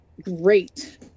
Great